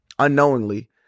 unknowingly